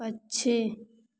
पक्षी